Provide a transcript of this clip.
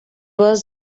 was